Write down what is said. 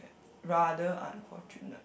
rather unfortunate